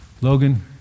Logan